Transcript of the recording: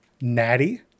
Natty